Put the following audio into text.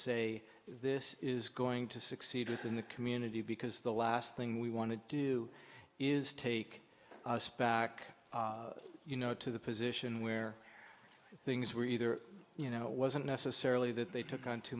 say this is going to succeed within the community because the last thing we want to do is take us back you know to the position where things were either you know it wasn't necessarily that they took on too